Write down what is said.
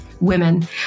women